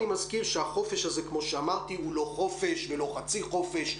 אני מזכיר שהחופש הזה כמו שאמרתי הוא לא חופש ולא חצי חופש,